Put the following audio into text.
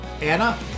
Anna